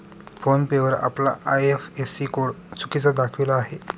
phone पे वर आपला IFSC code चुकीचा दाखविला आहे